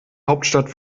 hauptstadt